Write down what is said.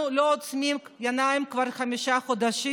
אנחנו לא עוצמים עיניים כבר חמישה חודשים